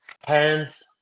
hands